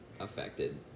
affected